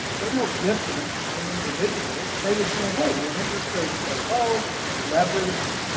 they're no different than individuals. they would say, hey, with interest rates so low, leverage,